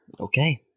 okay